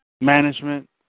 management